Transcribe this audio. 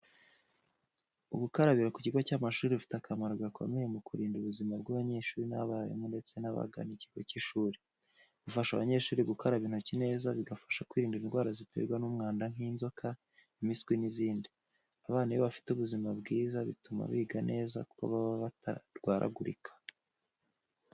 Ubukarabiro ku kigo cy’amashuri bufite akamaro gakomeye mu kurinda ubuzima bw’abanyeshuri n’abarimu ndetse n'abagana ikigo cy'ishuri, bufasha abanyeshuri gukaraba intoki neza, bigafasha kwirinda indwara ziterwa n’umwanda nk’inzoka, impiswi n’izindi. Abana iyo bafite buzima bwiza bituma biga neza kuko baba batarwaragurika.